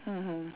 mmhmm